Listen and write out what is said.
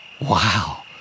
Wow